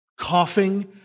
coughing